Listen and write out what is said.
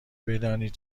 بدانید